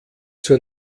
zur